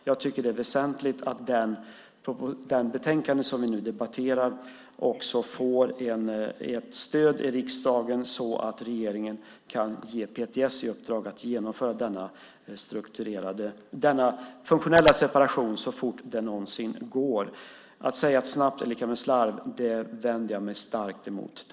Jag tycker att det är väsentligt att förslaget i betänkandet, som vi nu debatterar, också får ett stöd i riksdagen, så att regeringen kan ge PTS i uppdrag att genomföra denna funktionella separation så fort det någonsin går. Att man säger att snabbt är lika med slarv vänder jag mig starkt emot.